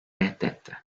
reddetti